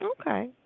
Okay